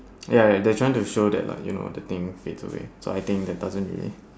ya ya they're trying to show that like you know the thing fades away so I think that doesn't really